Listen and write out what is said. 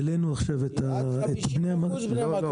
העלינו עכשיו את בני המקום.